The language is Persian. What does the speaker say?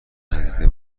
ندیده